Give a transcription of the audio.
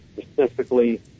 specifically